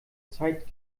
zeit